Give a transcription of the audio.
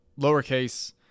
lowercase